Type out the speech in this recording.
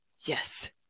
yes